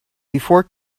before